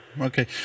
Okay